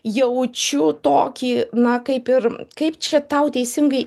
jaučiu tokį na kaip ir kaip čia tau teisingai